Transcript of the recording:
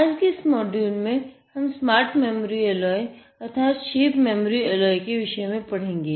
आज के इस मोड्यूल में हम स्मार्ट मेमोरी एलॉय अर्थात शेप मेमोरी एलॉय के विषय में पढेंगे